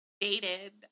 Dated